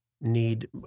need